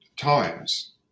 times